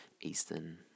Eastern